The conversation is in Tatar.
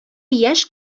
яшь